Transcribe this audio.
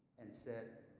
and said,